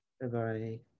bye-bye